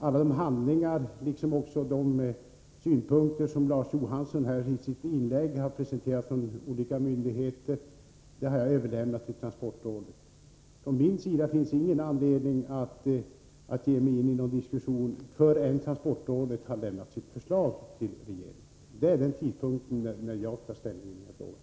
Alla handlingar i ärendet, liksom de synpunkter från olika myndigheter som Larz Johansson här presenterade i sitt inlägg, har jag överlämnat till transportrådet. Från min sida finns det ingen anledning att ge mig in i någon diskussion förrän transportrådet har överlämnat sitt förslag till regeringen. Det är den tidpunkt då jag tar ställning i den här frågan.